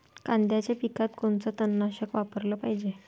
कांद्याच्या पिकात कोनचं तननाशक वापराले पायजे?